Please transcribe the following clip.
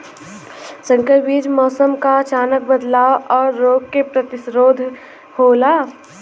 संकर बीज मौसम क अचानक बदलाव और रोग के प्रतिरोधक होला